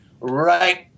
right